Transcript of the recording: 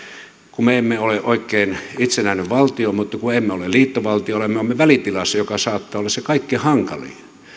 kun me emme ole oikein itsenäinen valtio mutta kun emme ole liittovaltio olemme välitilassa joka saattaa olla se kaikkein hankalin